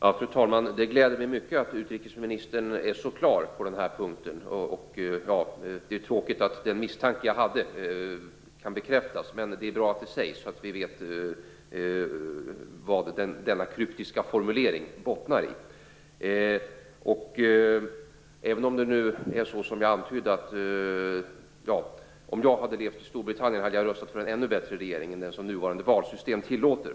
Fru talman! Det gläder mig mycket att utrikesministern är så klar på den här punkten. Det är tråkigt att den misstanke jag hade kan bekräftas, men det är bra att det sägs. Då vet vi vad denna kryptiska formulering bottnar i. Om jag hade levt i Storbritannien hade jag röstat för en ännu bättre regering än den som det nuvarande valsystemet tillåter.